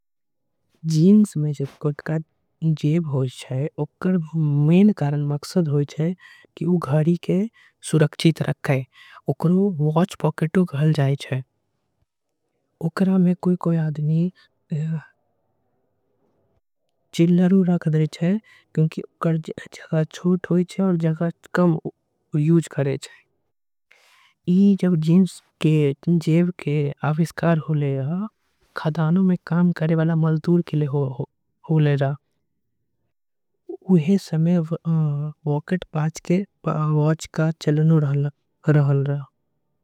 जींस में छोटकन जेब के उपयोग होई छे। की उ घड़ी के सुरक्षित रखे ओकरा वॉच। पैकेटों कहे जाई छे ओकरा में कोई कोई। आदमी चिल्लहर रख देई छे ओकर जगह। छोट होई छे अऊर कम होई छे ई जब जींस। के जेब के आविष्कार होय हल खदान में। काम करे बाला मजदूर के खातिर। ओहे समय पॉकेट वॉच के चलन रहल।